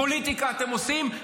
פוליטיקה אתם עושים,